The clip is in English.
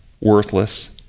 worthless